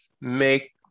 make